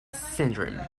syndrome